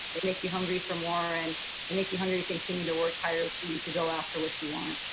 they make you hungry for more, and they make you hungry to continue to work tirelessly to go after what you want.